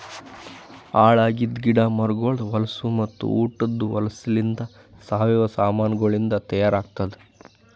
ಹಾಳ್ ಆಗಿದ್ ಗಿಡ ಮರಗೊಳ್ದು ಹೊಲಸು ಮತ್ತ ಉಟದ್ ಹೊಲಸುಲಿಂತ್ ಸಾವಯವ ಸಾಮಾನಗೊಳಿಂದ್ ತೈಯಾರ್ ಆತ್ತುದ್